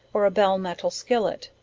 or a bell-metal skillet,